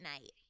night